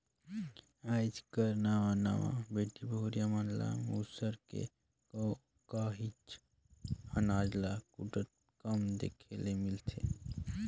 आएज कर नावा नावा बेटी बहुरिया मन ल मूसर में काहींच अनाज ल कूटत कम देखे ले मिलथे